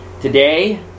Today